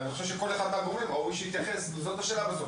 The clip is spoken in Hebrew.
אני חושב שראוי שכל אחד מהגורמים יתייחס לשאלה הזאת.